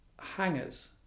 hangers